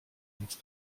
nic